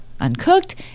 uncooked